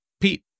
Pete